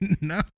no